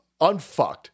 unfucked